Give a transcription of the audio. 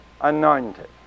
anointed